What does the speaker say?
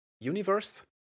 Universe